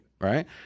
Right